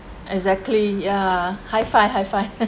exactly ya high five high five